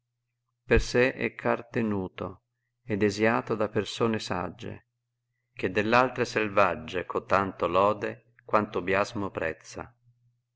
per se è car tenuto desiato da persone sagge che dell'altre selvagge cotanto lod quanto biasmo prezza